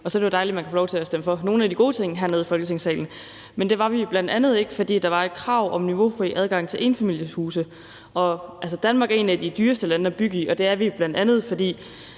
og så er det jo dejligt, at man kan få lov til at stemme for nogle af de gode ting hernede i Folketingssalen. Men det var vi ikke, bl.a. fordi der var et krav om niveaufri adgang til enfamilieshuse. Altså, Danmark er et af de dyreste lande at bygge i, og det er, bl.a. fordi